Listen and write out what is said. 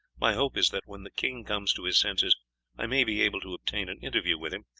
my hope is that when the king comes to his senses i may be able to obtain an interview with him,